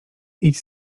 idź